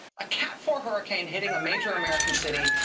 a cat four hurricane hitting a major american city,